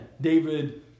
David